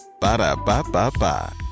Ba-da-ba-ba-ba